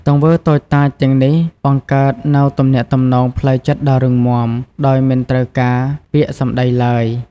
ទង្វើតូចតាចទាំងនេះបង្កើតនូវទំនាក់ទំនងផ្លូវចិត្តដ៏រឹងមាំ ដោយមិនត្រូវការពាក្យសម្ដីឡើយ។